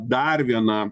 dar viena